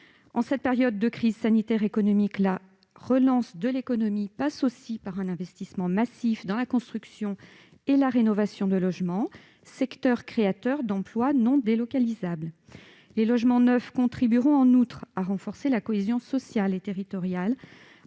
En cette période de crise sanitaire et de crise économique, la relance de l'économie passe par un investissement massif dans la construction et la rénovation de logements, secteur créateur d'emplois non délocalisables. Les logements neufs contribueront en outre à renforcer la cohésion sociale et territoriale,